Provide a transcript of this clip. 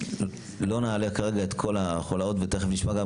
לא נעלה כרגע את כל החולות ותכף נשמע גם